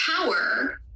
power